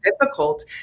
difficult